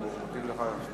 אנחנו מודים לך על שאתה